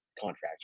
contract